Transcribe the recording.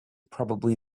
probably